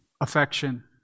affection